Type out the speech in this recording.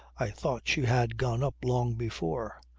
i thought she had gone up long before.